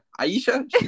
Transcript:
aisha